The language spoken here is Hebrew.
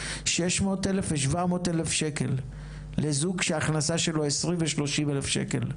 600,000 ו-700,000 לזוג שההכנסה שלו 20,000-30,000 שקלים,